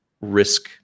risk